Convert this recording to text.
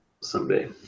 Someday